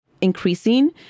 increasing